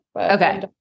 Okay